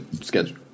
schedule